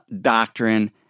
doctrine